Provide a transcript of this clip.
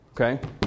Okay